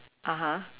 (uh huh)